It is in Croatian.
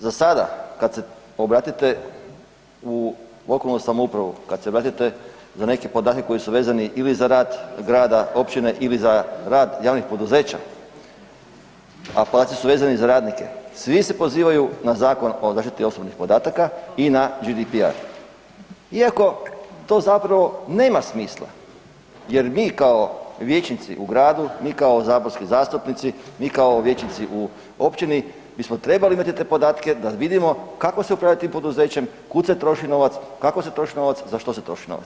Za sada kad se obratite u lokalnu samoupravu, kada se obratite za neke podatke koji su vezani ili za rad grada, općine ili za rad javnih poduzeća, a podaci su vezani za radnike, svi se pozivaju na Zakon o zaštiti osobnih podataka i na GDPR, iako to zapravo nema smisla jer mi kao vijećnici u gradu, mi kao saborski zastupnici, mi kao vijećnici u općini mi smo trebali imati te podatke da vidimo kako se upravlja tim poduzećem, kud se troši novac, kako se troši novac, za što se troši novac.